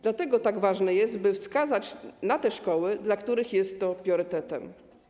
Dlatego tak ważne jest, by wskazać na te szkoły, dla których jest to priorytetem.